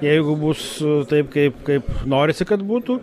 jeigu bus taip kaip kaip norisi kad būtų